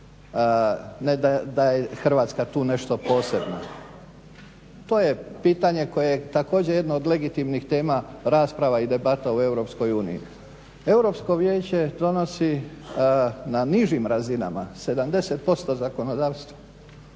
Ne da je Hrvatska tu nešto posebno. To je pitanje koje je također jedno od legitimnih tema rasprava i debata u EU. Europsko vijeće donosi na nižim razinama 70% zakonodavstva,